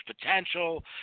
potential